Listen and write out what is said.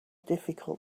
difficult